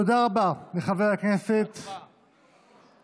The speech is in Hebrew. תודה רבה לחבר הכנסת מרגי.